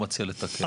לתקן?